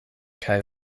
kaj